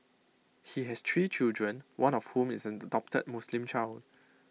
he has tree children one of whom is an adopted Muslim child